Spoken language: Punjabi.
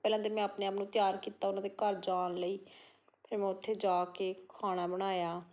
ਪਹਿਲਾਂ ਤਾਂ ਮੈਂ ਆਪਣੇ ਆਪ ਨੂੰ ਤਿਆਰ ਕੀਤਾ ਉਹਨਾਂ ਦੇ ਘਰ ਜਾਣ ਲਈ ਫਿਰ ਮੈਂ ਉੱਥੇ ਜਾ ਕੇ ਖਾਣਾ ਬਣਾਇਆ